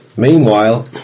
Meanwhile